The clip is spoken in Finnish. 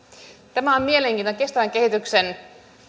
tämä on mielenkiintoista kestävän kehityksen